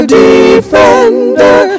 defender